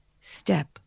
step